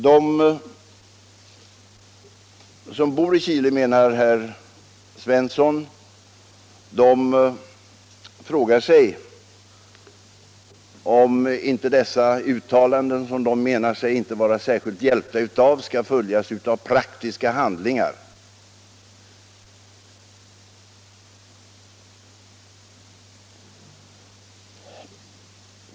Herr Svensson menar att de som bor i Chile frågar sig om inte dessa uttalanden, som de menar sig inte vara särskilt mycket hjälpta av, skall följas av praktiska handlingar.